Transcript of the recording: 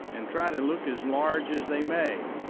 and try to look as large as they may.